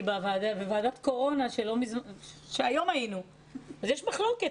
היום היינו בוועדת הקורונה וראינו שיש מחלוקת.